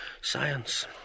Science